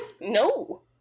No